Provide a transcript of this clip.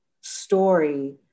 story